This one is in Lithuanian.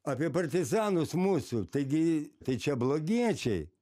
apie partizanus mūsų taigi tai čia blogiečiai